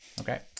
Okay